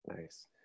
Nice